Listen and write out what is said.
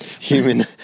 human